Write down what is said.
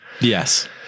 Yes